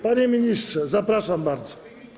Panie ministrze, zapraszam bardzo.